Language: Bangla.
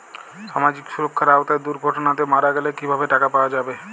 সামাজিক সুরক্ষার আওতায় দুর্ঘটনাতে মারা গেলে কিভাবে টাকা পাওয়া যাবে?